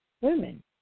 women